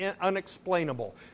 unexplainable